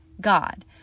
God